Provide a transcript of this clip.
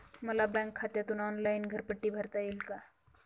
मला बँक खात्यातून ऑनलाइन घरपट्टी भरता येईल का?